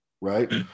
Right